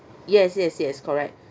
yes yes yes correct